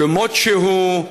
כמות שהוא,